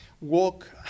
walk